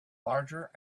larger